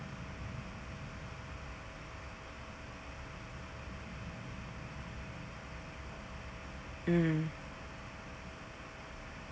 mm